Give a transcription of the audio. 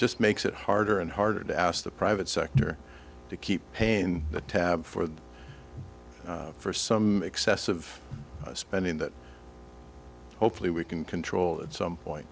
just makes it harder and harder to ask the private sector to keep paying the tab for for some excessive spending that hopefully we can control it some point